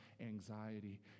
anxiety